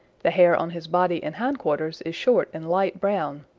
the hair on his body and hind quarters is short and light brown,